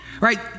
Right